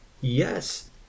Yes